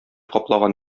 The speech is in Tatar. каплаган